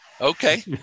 Okay